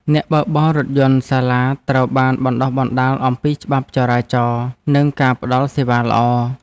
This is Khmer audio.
អ្នកបើកបររថយន្តសាលាត្រូវបានបណ្តុះបណ្តាលអំពីច្បាប់ចរាចរណ៍និងការផ្តល់សេវាល្អ។